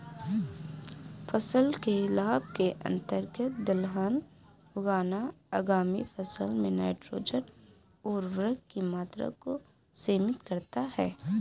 फसल चक्र के लाभ के अंतर्गत दलहन उगाना आगामी फसल में नाइट्रोजन उर्वरक की मात्रा को सीमित करता है